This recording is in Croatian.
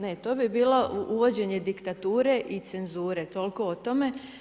Ne, to bi bilo uvođenje diktature i cenzure, toliko o tome.